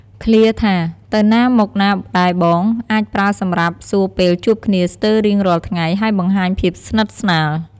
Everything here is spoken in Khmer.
ឃ្លាថា "ទៅណាមកណាដែរបង?" អាចប្រើសម្រាប់សួរពេលជួបគ្នាស្ទើររៀងរាល់ថ្ងៃ ហើយបង្ហាញភាពស្និទ្ធស្នាល។។